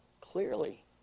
clearly